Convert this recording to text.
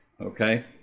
Okay